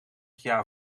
jaar